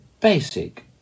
basic